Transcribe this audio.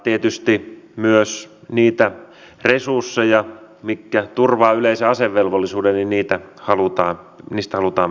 täällä myös tuli ihan asiallinen kysymys kyllä sosialidemokraateilta siitä mikä nyt se työllisyyslinja sitten on